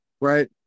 right